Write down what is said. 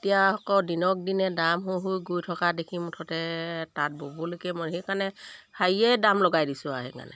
এতিয়া আকৌ দিনক দিনে দাম হৈ হৈ গৈ থকা দেখি মুঠতে তাঁত ব'বলৈকে মই সেইকাৰণে হাইয়ে দাম লগাই দিছোঁ আৰু সেইকাৰণে